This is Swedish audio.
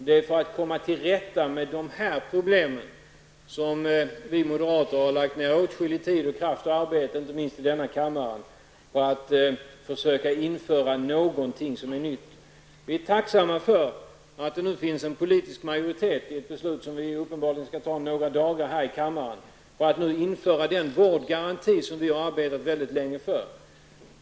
Det är för att komma till rätta med dessa problem som vi moderater har lagt ned åtskilligt med tid, kraft och arbete, inte minst i denna kammare, på att försöka införa någonting som är nytt. Vi är tacksamma för att det nu finns en politisk majoritet för ett beslut som vi uppenbarligen skall fatta om några dagar här i kammaren och som innebär att man inför den vårdgaranti som vi har arbetat mycket länge för.